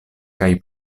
kaj